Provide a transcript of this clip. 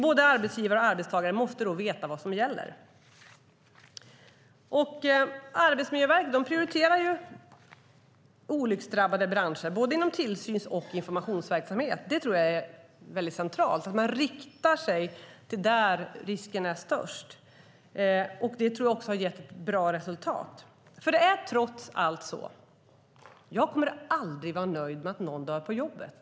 Både arbetsgivare och arbetstagare måste då veta vad som gäller. Arbetsmiljöverket prioriterar olycksdrabbade branscher inom både tillsyns och informationsverksamheten. Det tror jag är väldigt centralt. De riktar sig dit riskerna är störst. Det tror jag också har gett bra resultat. Trots allt är det så att jag aldrig kommer att vara nöjd med att någon dör på jobbet.